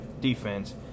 defense